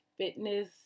fitness